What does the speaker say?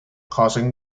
causing